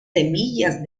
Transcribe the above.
semillas